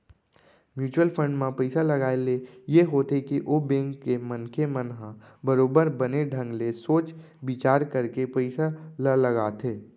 mutual fund म पइसा लगाए ले ये होथे के ओ बेंक के मनखे मन ह बरोबर बने ढंग ले सोच बिचार करके पइसा ल लगाथे